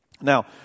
Now